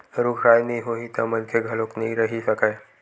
रूख राई नइ होही त मनखे घलोक नइ रहि सकय